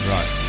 Right